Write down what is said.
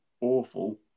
awful